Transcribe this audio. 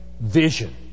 vision